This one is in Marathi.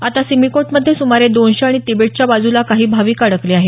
आता सिमीकोटमध्ये सुमारे दोनशे आणि तिबेटच्या बाजुला काही भाविक अडकले आहेत